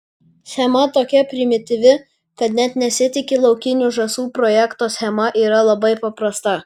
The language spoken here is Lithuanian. schema tokia primityvi kad net nesitiki laukinių žąsų projekto schema yra labai paprasta